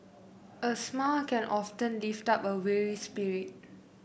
a smile can often lift up a weary spirit